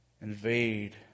Invade